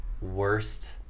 worst